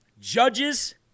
judges